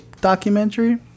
documentary